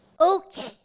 Okay